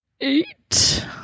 Eight